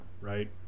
right